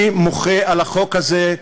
אני מוחה על החוק הזה,